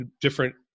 different